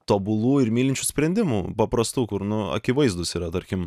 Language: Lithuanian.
tobulų ir mylinčių sprendimų paprastų kur nu akivaizdūs yra tarkim